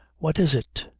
what is it?